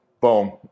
Boom